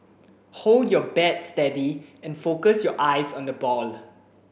hold your bat steady and focus your eyes on the ball